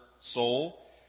soul